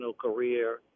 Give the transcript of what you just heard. career